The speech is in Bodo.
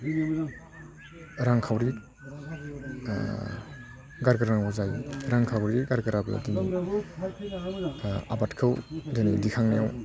रांखावरि गारगोरनांगौ जायो रांखावरि गारगोराब्ला दिनै आबादखौ दिनै दिखांनायाव